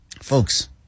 folks